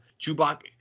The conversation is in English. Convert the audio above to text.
Chewbacca